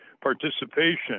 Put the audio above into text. participation